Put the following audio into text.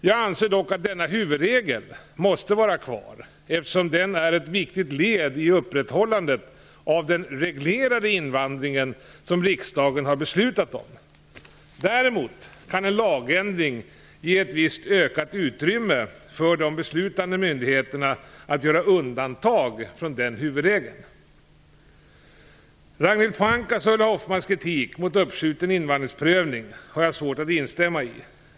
Jag anser dock att denna huvudregel måste vara kvar eftersom den är ett viktigt led i upprätthållandet av den reglerade invandringen som riksdagen beslutat om. Däremot kan en lagändring ge ett visst ökat utrymme för de beslutande myndigheterna att göra undantag från huvudregeln. Ragnhild Pohankas och Ulla Hoffmanns kritik mot uppskjuten invandringsprövning har jag svårt att instämma i.